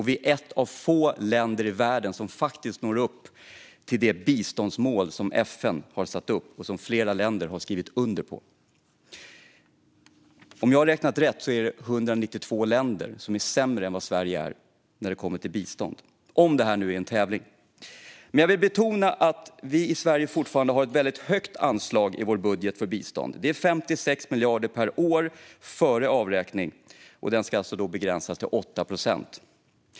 Vi är ett av få länder i världen som når upp till det biståndsmål som FN har satt upp och som flera länder har skrivit under på. Om jag har räknat rätt är det 192 länder som är sämre än vad Sverige är när det kommer till bistånd, om det nu är en tävling. Jag vill betona att vi i Sverige fortfarande har ett väldigt högt anslag i vår budget för bistånd. Det är 56 miljarder per år före avräkning, och det ska alltså begränsas med 8 procent.